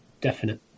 definite